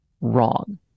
wrong